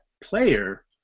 player